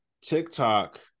TikTok